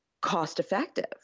cost-effective